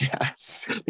Yes